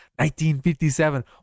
1957